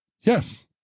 Yes